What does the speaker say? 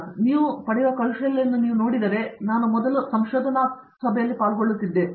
ನೋಡಿ ನೀವು ಪಡೆಯುವ ಕೌಶಲ್ಯಗಳನ್ನು ನೀವು ನೋಡಿದರೆ ಮೊದಲಿಗೆ ನಾನು ಸಂಶೋಧನಾ ಸಭೆಯಲ್ಲಿ ಪಾಲ್ಗೊಳ್ಳುತ್ತಿದ್ದೇನೆ